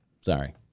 Sorry